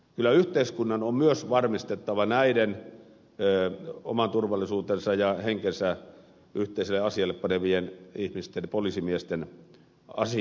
kyllä yhteiskunnan on myös varmistettava näiden oman turvallisuutensa ja henkensä yhteiselle asialle panevien ihmisten poliisimiesten asia